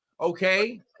okay